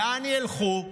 לאן ילכו?